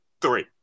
three